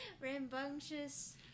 Rambunctious